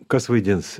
kas vaidins